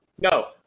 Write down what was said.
No